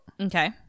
Okay